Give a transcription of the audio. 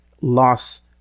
loss